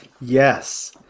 yes